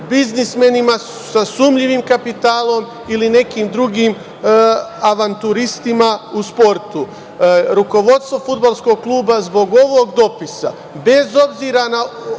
biznismenima, sa sumnjivim kapitalom ili nekim drugim avanturistima u sportu. Rukovodstvo fudbalskog kluba zbog ovog dopisa, bez obzira na